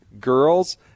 girls